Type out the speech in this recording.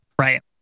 Right